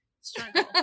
struggle